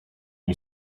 who